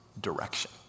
direction